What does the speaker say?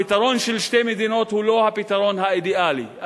הפתרון של שתי מדינות הוא לא הפתרון האידיאלי,